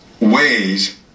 ways